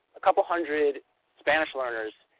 a couple hundred spanish learners,